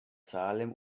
salem